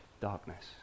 darkness